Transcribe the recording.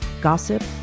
gossip